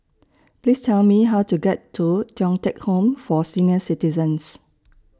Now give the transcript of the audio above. Please Tell Me How to get to Thong Teck Home For Senior Citizens